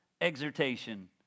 exhortation